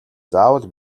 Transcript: заавал